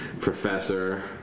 professor